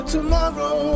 Tomorrow